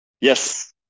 Yes